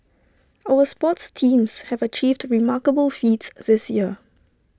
our sports teams have achieved remarkable feats this year